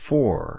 Four